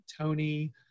Tony